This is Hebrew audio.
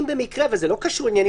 אם במקרה וזה לא קשור לעניינים